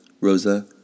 Rosa